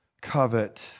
covet